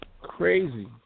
Crazy